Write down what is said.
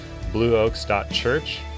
blueoaks.church